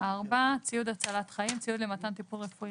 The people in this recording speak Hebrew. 4; "ציוד הצלת חיים" ציוד למתן טיפול רפואי